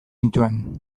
nituen